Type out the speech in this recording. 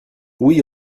oui